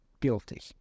guilty